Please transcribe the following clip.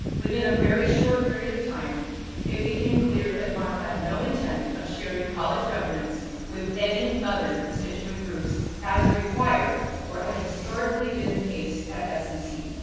within a very short period of time it became clear that mark had no intent of sharing and college governance with any other constituent groups as required or has historically been the case at scc.